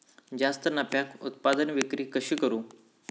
जास्त नफ्याक उत्पादन विक्री कशी करू?